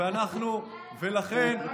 עבירה גדולה.